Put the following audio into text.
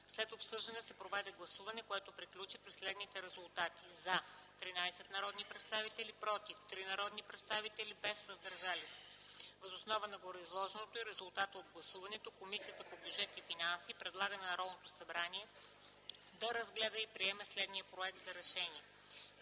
След обсъждането се проведе гласуване, което приключи при следните резултати: „за” - 13 народни представители, „против” - 3 народни представители, без „въздържали се”. Въз основа на гореизложеното и резултатите от гласуването, Комисията по бюджет и финанси предлага на Народното събрание да разгледа и приеме следния проект за: